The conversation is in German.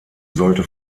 sollte